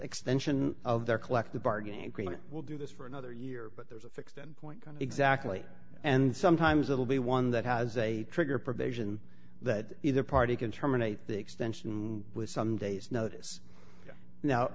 extension of their collective bargaining agreement will do this for another year but there's a fixed and point going to exactly and sometimes it'll be one that has a trigger provision that either party can terminate the extension with some days notice now